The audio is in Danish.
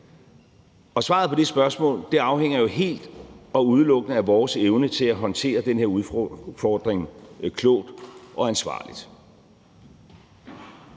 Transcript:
Svaret på det spørgsmål afhænger jo helt og udelukkende af vores evne til at håndtere den her udfordring klogt og ansvarligt.